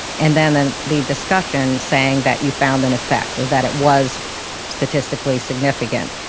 and then then the discussion saying that you found an effect or that it was statistically significant.